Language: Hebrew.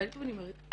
אבל שוב אני אומרת,